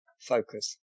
focus